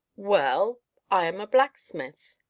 well i am a blacksmith.